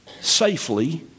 safely